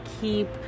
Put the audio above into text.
keep